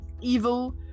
evil